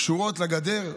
קשורים לגדר.